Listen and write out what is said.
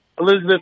Elizabeth